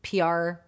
PR